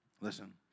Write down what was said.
Listen